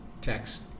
text